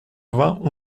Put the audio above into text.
vingt